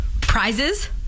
Prizes